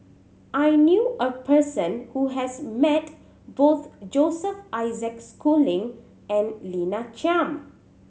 I knew a person who has met both Joseph Isaac Schooling and Lina Chiam